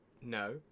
No